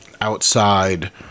outside